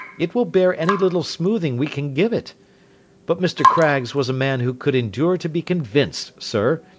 it will bear any little smoothing we can give it but mr. craggs was a man who could endure to be convinced, sir.